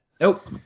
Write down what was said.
Nope